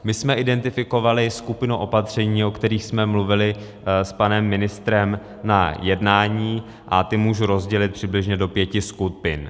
My jsme identifikovali skupinu opatření, o kterých jsme mluvili s panem ministrem na jednání, a ta můžu rozdělit přibližně do pěti skupin.